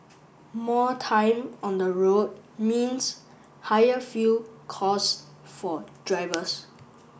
more time on the road means higher fuel costs for drivers